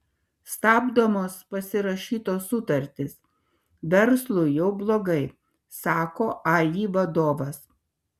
stabdomos pasirašytos sutartys verslui jau blogai sako ai vadovas